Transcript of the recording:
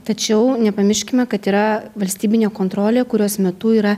tačiau nepamirškime kad yra valstybinė kontrolė kurios metu yra